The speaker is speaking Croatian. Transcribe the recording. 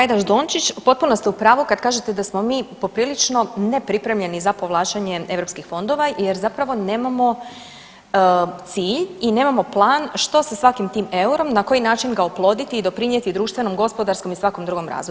Kolega Hajdaš Dončić, potpuno ste u pravu kad kažete da smo mi poprilično nepripremljeni za povlačenje europskih fondova, jer zapravo nemamo cilj i nemamo plan što sa svakim tim eurom, na koji način ga oploditi i doprinijeti društvenom, gospodarskom i svakom drugom razvoju.